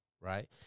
right